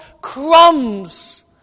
crumbs